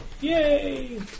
Yay